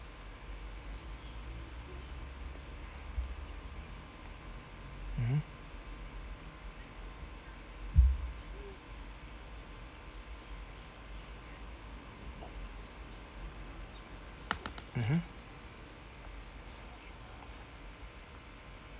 mmhmm mmhmm